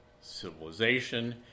civilization